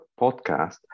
podcast